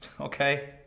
Okay